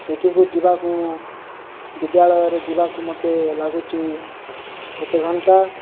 ସେଠିକୁ ଯିବାକୁ ବିଦ୍ୟାଳୟରେ ଯିବାକୁ ମୋତେ ଲାଗୁଛି ଗୋଟେ ଘଣ୍ଟା